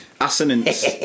Assonance